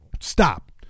stop